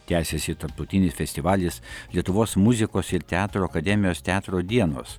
tęsiasi tarptautinis festivalis lietuvos muzikos ir teatro akademijos teatro dienos